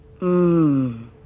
Mmm